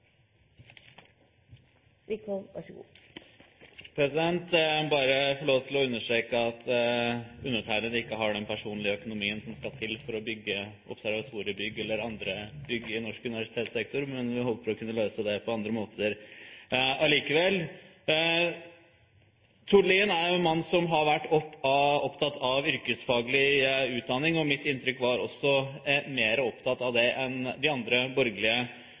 å understreke at undertegnede ikke har den personlige økonomien som skal til for å bygge observatoriebygg eller andre bygg i norsk universitetssektor, men vi håper å kunne løse det på andre måter. Tord Lien er en mann som har vært opptatt av yrkesfaglig utdanning, og mitt inntrykk er også at han har vært mer opptatt av det enn de andre borgerlige